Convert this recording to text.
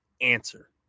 answer